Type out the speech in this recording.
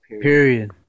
period